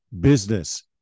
business